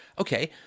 okay